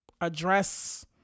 address